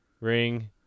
ring